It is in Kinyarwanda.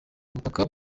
ubutaka